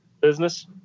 business